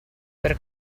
per